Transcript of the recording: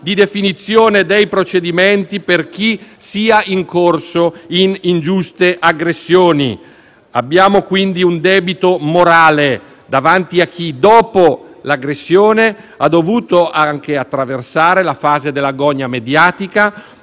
di definizione dei procedimenti per chi sia incorso in ingiuste aggressioni. Abbiamo quindi un debito morale davanti a chi, dopo l'aggressione, ha dovuto anche attraversare la fase della gogna mediatica